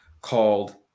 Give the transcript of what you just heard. called